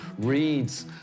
reads